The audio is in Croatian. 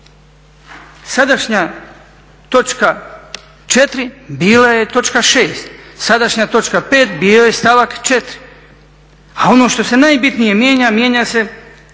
Sadašnja točka 4 bila je točka 6, sadašnja točka 5 bio je stavak 4, a ono što se najbitnije mijenja, mijenja se